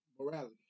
morality